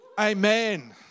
Amen